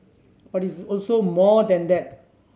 but it is also more than that